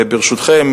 ברשותכם,